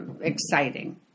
exciting